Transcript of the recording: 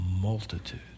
multitude